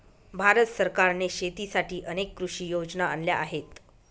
भारत सरकारने शेतीसाठी अनेक कृषी योजना आणल्या आहेत